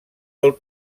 del